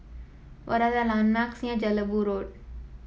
what are the landmarks near Jelebu Road